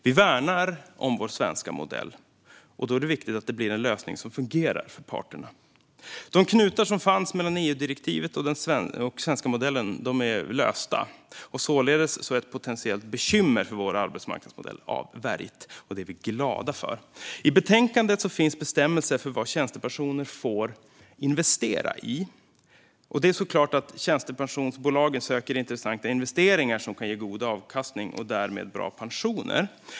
Vi värnar om vår svenska modell, och då är det viktigt att det blir en lösning som fungerar för parterna. De knutar som fanns mellan EU-direktivet och den svenska modellen är lösta. Således är ett potentiellt bekymmer för vår arbetsmarknadsmodell avvärjt. Detta är vi glada för. I betänkandet finns bestämmelser för vad tjänstepensionsbolag får investera i. Det är såklart så att tjänstepensionsbolagen söker intressanta investeringar som kan ge god avkastning och därmed bra pensioner.